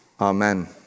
Amen